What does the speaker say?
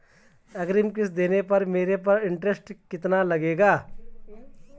अग्रिम किश्त देने पर मेरे पर इंट्रेस्ट कितना लगेगा?